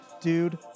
Dude